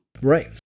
Right